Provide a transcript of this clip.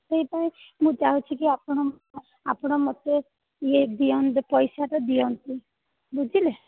ସେଇ ପାଇଁ ମୁଁ ଚାହୁଁଛି କି ଆପଣ ଆପଣ ମୋତେ ଇଏ ଦିଅନ୍ତୁ ପଇସାଟା ଦିଅନ୍ତୁ ବୁଝିଲେ